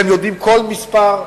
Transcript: והם יודעים כל מספר,